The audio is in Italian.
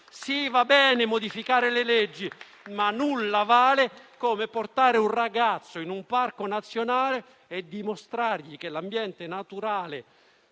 Va bene modificare le leggi, ma nulla vale come portare un ragazzo in un Parco nazionale e mostrargli che l'ambiente naturale